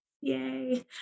Yay